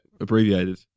abbreviated